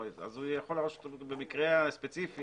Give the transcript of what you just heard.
אז יכול ראש הרשות במקרה הספציפי